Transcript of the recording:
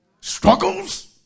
struggles